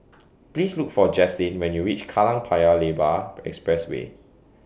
Please Look For Jaslene when YOU REACH Kallang Paya Lebar Expressway